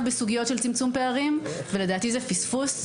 בסוגיות של צמצום פערים ולדעתי זה פספוס.